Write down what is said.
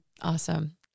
Awesome